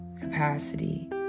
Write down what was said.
capacity